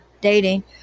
dating